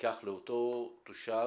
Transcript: ייקח לאותו תושב